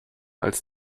als